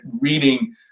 reading